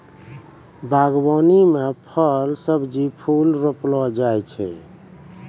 बागवानी मे फल, सब्जी, फूल रौपलो जाय छै